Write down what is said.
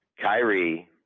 Kyrie